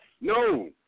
No